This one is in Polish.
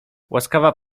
łaskawa